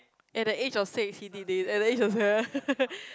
at the age of six he did it and then age of seven